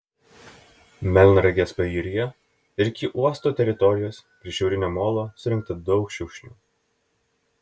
melnragės pajūryje ir iki uosto teritorijos prie šiaurinio molo surinkta daug šiukšlių